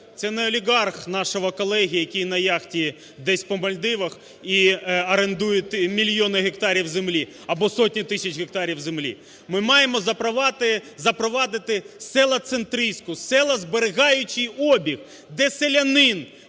це не олігарх нашого колеги, який на яхті десь по Мальдівах і орендує мільйони гектарів землі або сотні тисяч гектарів землі. Ми маємо запровадити селоцентристську, селозберігаючий обіг, де селянин,